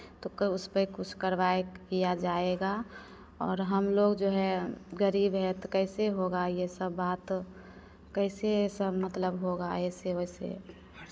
तो उसपे कुछ कार्रवाइ किया जाएगा और हम लोग जो हैं गरीब है तो कैसे होगा ये सब बात कैसे सब मतलब होगा ऐसे वैसे